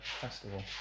Festival